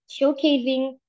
showcasing